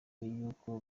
y’uko